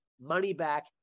money-back